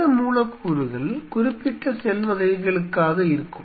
இந்த மூலக்கூறுகள் குறிப்பிட்ட செல் வகைகளுக்காக இருக்கும்